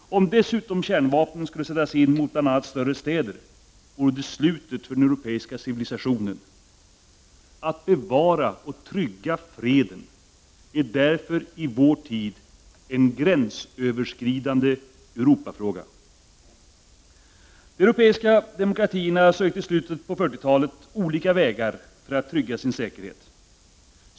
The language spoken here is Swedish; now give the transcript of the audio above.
Om dessutom kärnvapen skulle sättas in mot bl.a. större städer vore det slutet för den europeiska civilisationen. Att bevara och trygga freden är därför i vårt tid en gränsöverskridande europafråga. De europeiska demokratierna sökte i slutet av 40-talet olika vägar för att trygga sin säkerhet.